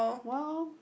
well